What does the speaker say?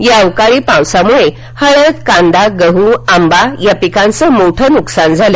या अवकाळी पावसामुळे हळद कांदा गहु आंबा पिकांचं मोठं नुकसान झालं